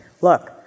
look